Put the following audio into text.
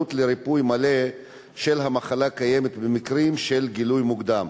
האפשרות לריפוי מלא של המחלה קיימת במקרים של גילוי מוקדם,